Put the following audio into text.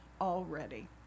already